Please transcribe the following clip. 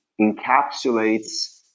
encapsulates